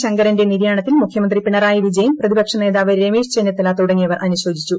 ശങ്കരന്റെ നിര്യാണത്തിൽ മുഖ്യമന്ത്രി പിണറായി വിജയൻ പ്രതിപക്ഷ നേതാവ് രമേശ് ചെന്നിത്തല തുടങ്ങിയവർ അനുശോചിച്ചു